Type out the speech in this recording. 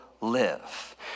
live